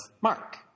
Mark